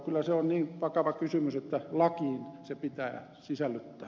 kyllä se on niin vakava kysymys että lakiin se pitää sisällyttää